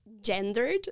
Gendered